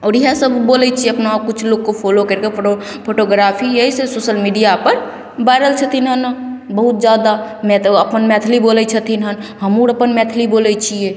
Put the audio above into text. आओर इएह सब बोलय छियै अपना किछु लोगके फॉलो करिके प्रो फोटोग्राफी अइ से सोशल मीडियापर वायरल छथिन हन बहुत जादा नहि तऽ अपन मैथिली बोलय छथिन हन हमहुँ अर अपन मैथिली बोलय छियै